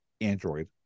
Android